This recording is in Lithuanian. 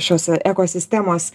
šios ekosistemos